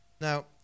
Now